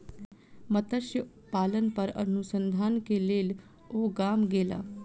मत्स्य पालन पर अनुसंधान के लेल ओ गाम गेला